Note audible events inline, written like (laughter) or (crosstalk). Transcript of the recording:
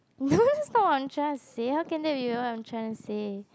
(laughs) no that's not what I'm trying to say how can that be what I'm trying to say